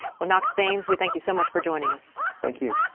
well, knox thames, we thank you so much for joining us. thank you.